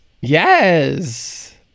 Yes